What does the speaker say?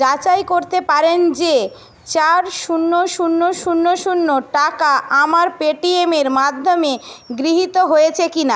যাচাই করতে পারেন যে চার শূন্য শূন্য শূন্য শূন্য টাকা আমার পেটিএমের মাধ্যমে গৃহীত হয়েছে কি না